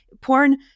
porn